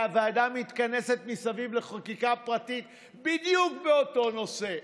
שהוועדה מתכנסת סביב חקיקה פרטית בדיוק באותו נושא,